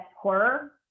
Horror